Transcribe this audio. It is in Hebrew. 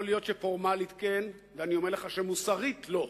יכול להיות שפורמלית כן, ואני אומר לך שמוסרית לא.